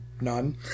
none